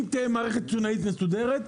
אם תהיה מערכת סיטונאית מסודרת,